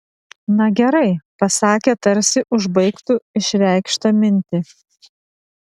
na gerai pasakė tarsi užbaigtų išreikštą mintį